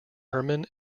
herman